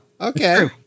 okay